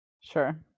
Sure